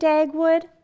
Dagwood